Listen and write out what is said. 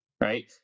right